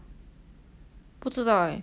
不知道 eh